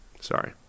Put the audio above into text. Sorry